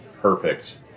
perfect